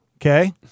okay